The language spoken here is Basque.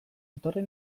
etorri